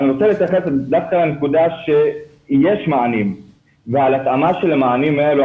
אני רוצה להתייחס דווקא לנקודה שיש מענים ועל התאמה של המענים האלה,